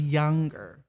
younger